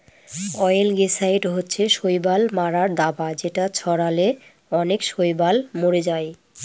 অয়েলগেসাইড হচ্ছে শৈবাল মারার দাবা যেটা ছড়ালে অনেক শৈবাল মরে যায়